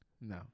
no